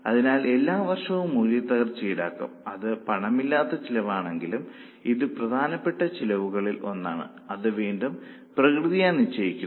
അതിനാൽ എല്ലാ വർഷവും മൂല്യത്തകർച്ച ഈടാക്കും ഇത് പണമില്ലാത്ത ചെലവാണെങ്കിലും ഇത് പ്രധാനപ്പെട്ട ചെലവുകളിൽ ഒന്നാണ് അത് വീണ്ടും പ്രകൃത്യാ നിശ്ചയിച്ചിരിക്കുന്നു